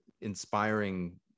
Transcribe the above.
inspiring